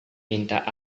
minta